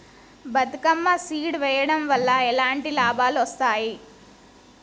Bathukamma seed వెయ్యడం వల్ల ఎలాంటి లాభాలు వస్తాయి?